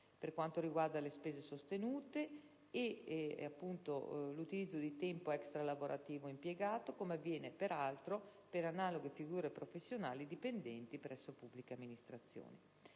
per quanto riguarda le spese sostenute e l'utilizzo del tempo extralavorativo impiegato, come avviene, peraltro, per analoghe figure professionali dipendenti presso pubbliche amministrazioni.